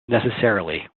necessarily